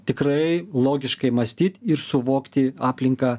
tikrai logiškai mąstyt ir suvokti aplinką